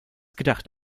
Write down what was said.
gedacht